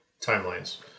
timelines